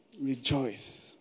rejoice